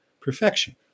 perfection